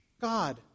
God